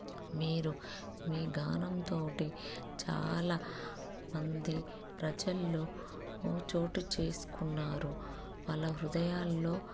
మీరు మీ గానంతో చాలా మంది ప్రజల్లో ఓ చోటు చేసుకున్నారు వాళ్ళ హృదయాల్లో